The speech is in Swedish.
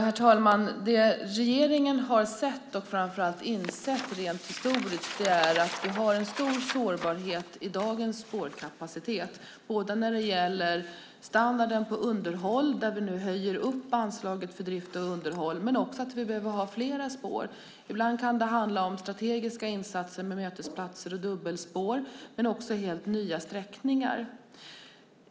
Herr talman! Det regeringen har sett och framför allt insett rent historiskt är att vi har en stor sårbarhet i dagens spårkapacitet. Det gäller standarden på underhåll där vi nu höjer anslaget för drift och underhåll. Vi behöver också ha fler spår. Det kan handla om strategiska insatser med mötesplatser och dubbelspår men också om helt nya sträckningar.